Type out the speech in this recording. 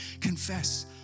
confess